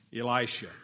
Elisha